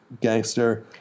gangster